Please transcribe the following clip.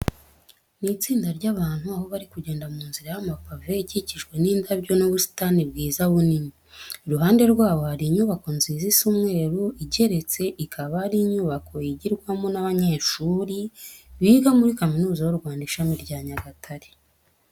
Ni itsinda ry'abantu aho bari kugenda mu nzira y'amapave ikikijwe n'indabyo n'ubusitani bwiza bunini. Iruhande rwabo hari inyubako nziza isa umweru igeretse, ikaba ari inyubako yigirwamo n'abanyeshuri biga muri Kaminuza y'u Rwanda Ishami rya Nyagatare.